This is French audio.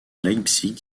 leipzig